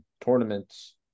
tournaments